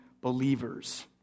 believers